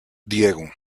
diego